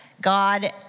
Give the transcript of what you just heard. God